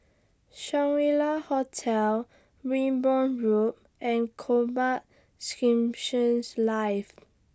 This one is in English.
Shangri La Hotel Wimborne Road and Combat Skirmish Live